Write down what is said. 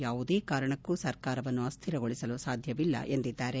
ಯಾವುದೇ ಕಾರಣಕ್ಕೂ ಸರ್ಕಾರವನ್ನು ಅಸ್ವಿರಗೊಳಿಸಲು ಸಾಧ್ವವಿಲ್ಲ ಎಂದು ಹೇಳಿದ್ದಾರೆ